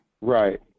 Right